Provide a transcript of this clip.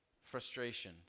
Frustration